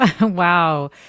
Wow